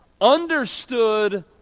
understood